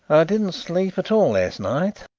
didn't sleep at all last night,